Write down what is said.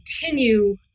continue